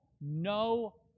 no